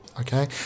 Okay